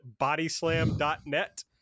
Bodyslam.net